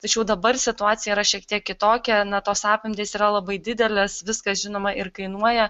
tačiau dabar situacija yra šiek tiek kitokia na tos apimtys yra labai didelės viskas žinoma ir kainuoja